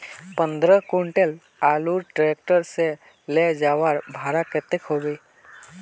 पंद्रह कुंटल आलूर ट्रैक्टर से ले जवार भाड़ा कतेक होबे?